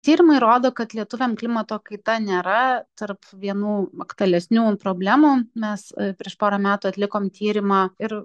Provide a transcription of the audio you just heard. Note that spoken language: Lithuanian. tyrimai rodo kad lietuviam klimato kaita nėra tarp vienų aktualesnių problemų mes prieš porą metų atlikom tyrimą ir